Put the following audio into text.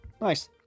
Nice